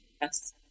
Yes